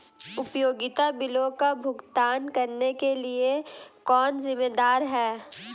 उपयोगिता बिलों का भुगतान करने के लिए कौन जिम्मेदार है?